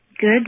Good